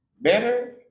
Better